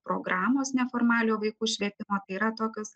programos neformaliojo vaikų švietimo tai yra tokios